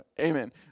Amen